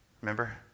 Remember